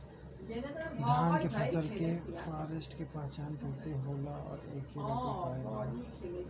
धान के फसल के फारेस्ट के पहचान कइसे होला और एके रोके के उपाय का बा?